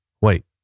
Wait